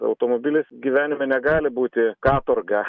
automobilis gyvenime negali būti katorga